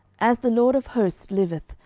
as the lord of hosts liveth,